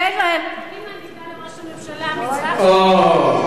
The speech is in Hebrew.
תן להם, אני מעניקה לראש הממשלה מצרך, אוהו.